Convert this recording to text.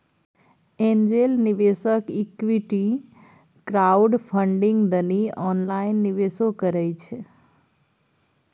angel निवेशक equity crowdfunding दनी online निवेशो करइ छइ